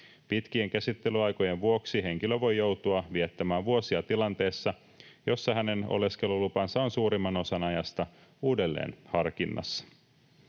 Pitkien käsittelyaikojen vuoksi henkilö voi joutua viettämään vuosia tilanteessa, jossa hänen oleskelulupansa on suurimman osan ajasta uudelleen harkinnassa.